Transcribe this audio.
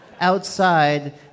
Outside